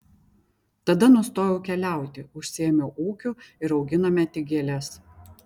tada nustojau keliauti užsiėmiau ūkiu ir auginome tik gėles